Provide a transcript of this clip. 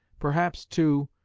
perhaps, too,